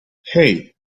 hey